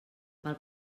pel